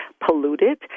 polluted